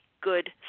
good